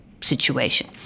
situation